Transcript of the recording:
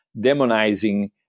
demonizing